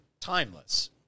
timeless